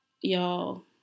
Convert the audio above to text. y'all